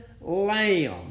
lamb